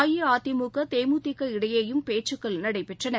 அஇஅதிமுக தேமுதிக இடையேயும் பேச்சுக்கள் நடைபெற்றன